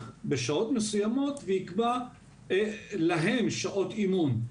בשעות מסוימות ויקבע להם שעות אימון.